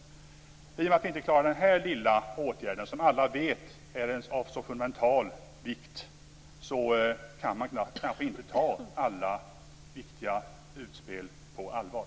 I och med att vi inte klarar den här lilla åtgärden, som alla vet är av så fundamental vikt, kanske inte alla viktiga utspel kan tas på allvar.